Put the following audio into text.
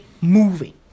moving